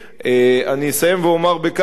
אני אסיים ואומר שגם,